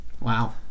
Wow